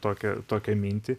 tokią tokią mintį